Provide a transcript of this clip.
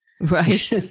Right